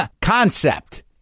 concept